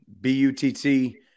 B-U-T-T